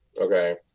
Okay